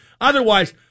Otherwise